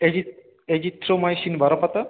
AG azithromycin বারো পাতা